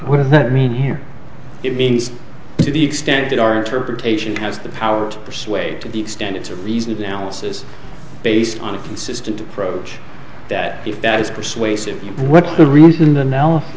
what does that mean here it means to the extent that our interpretation has the power to persuade to the extent it's a reasonable analysis based on a consistent approach that if that is persuasive what the reasoned analysis